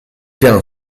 piano